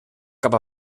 cap